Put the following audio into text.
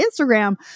Instagram